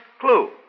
clue